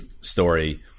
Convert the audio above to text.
story